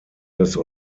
des